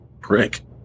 prick